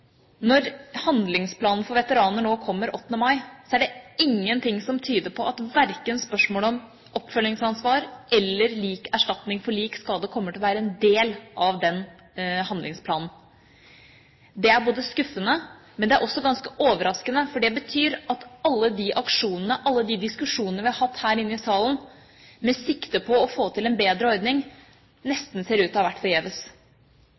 Når handlingsplanen for veteraner nå kommer 8. mai, er det ingenting som tyder på at verken spørsmålet om oppfølgingsansvar eller lik erstatning for lik skade kommer til å være en del av handlingsplanen. Det er skuffende, men det er også ganske overraskende, for det betyr at alle aksjonene og alle diskusjonene vi har hatt her i salen med sikte på å få til en bedre ordning, nesten ser ut til å ha vært forgjeves.